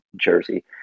Jersey